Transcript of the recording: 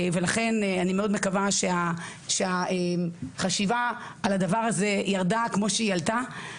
ולכן אני מאוד מקווה שהחשיבה על הדבר הזה ירדה כמו שהיא עלתה.